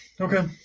Okay